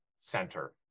center